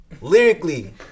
Lyrically